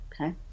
okay